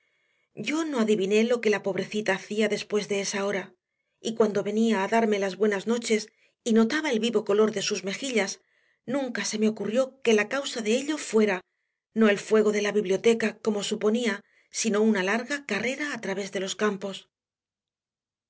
yo no adiviné lo que la pobrecita hacía después de esa hora y cuando venía a darme las buenas noches y notaba el vivo color de sus mejillas nunca se me ocurrió que la causa de ello fuera no el fuego de la biblioteca como suponía sino una larga carrera a través de los campos